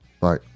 Bye